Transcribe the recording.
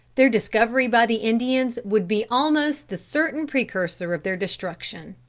their discovery by the indians would be almost the certain precursor of their destruction.